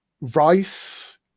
rice